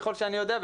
ככל שאני יודע,